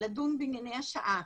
לדון בענייני השעה.